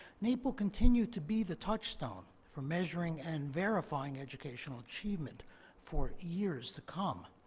naep will continue to be the touchstone for measuring and verifying educational achievement for years to come.